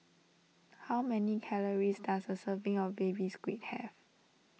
how many calories does a serving of Baby Squid have